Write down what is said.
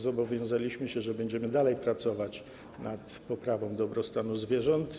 Zobowiązaliśmy się, że będziemy dalej pracować nad poprawą dobrostanu zwierząt.